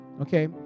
okay